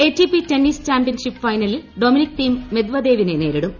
ATP tennis championship ഫൈനലിൽ Dominic Thiem മെദ്വദേവിനെ നേരിടും